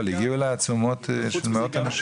אבל הגיעו אליי עצומות של מאות אנשים.